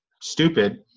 stupid